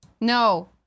no